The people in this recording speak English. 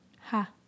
Ha